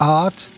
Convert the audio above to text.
art